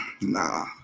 Nah